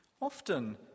Often